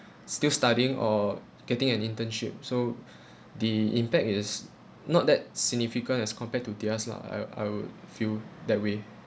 still studying or getting an internship so the impact is not that significant as compared to their lah I I would feel that way